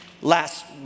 last